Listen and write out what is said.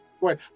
Wait